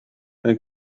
men